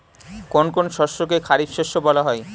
কোন কোন শস্যকে খারিফ শস্য বলা হয়?